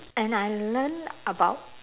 and I learn about